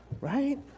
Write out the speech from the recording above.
Right